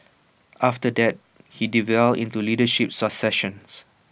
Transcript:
after that he delved into leadership successions